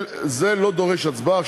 זה לא דורש הצבעה.